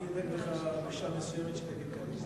אני אדאג לך בשעה מסוימת, שתגיד קדיש.